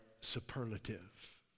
superlative